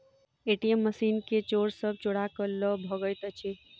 ATM machine के चोर सब चोरा क ल भगैत अछि